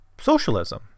socialism